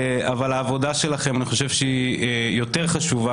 אבל אני חושב שהעבודה שלכם יותר חשובה,